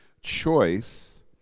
choice